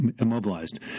immobilized